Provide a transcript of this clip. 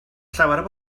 llawer